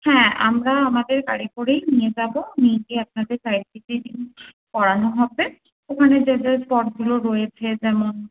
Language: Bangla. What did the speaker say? হ্যাঁ আমরা আমাদের গাড়ি করেই নিয়ে যাব নিয়ে গিয়ে আপনাকে সাইট করানো হবে ওখানে যে যে স্পটগুলো রয়েছে যেমন